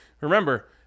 remember